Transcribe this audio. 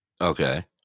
Okay